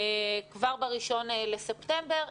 כבר ב-1 בספטמבר.